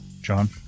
john